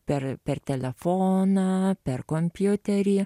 per per telefoną per kompiuterį